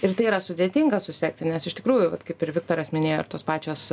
ir tai yra sudėtinga susekti nes iš tikrųjų kaip ir viktoras minėjo ir tos pačios